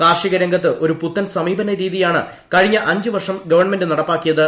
കാർഷിക രംഗത്ത് ഒരു പുത്തൻ സമീപന രീതിയാണ് കഴിഞ്ഞ അഞ്ച് വർഷം ഗവൺമെന്റ് നടപ്പാക്കിയത്